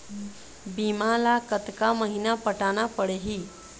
बीमा ला कतका महीना पटाना पड़ही?